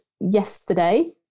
yesterday